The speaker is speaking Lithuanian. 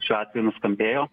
šiuo atveju nuskambėjo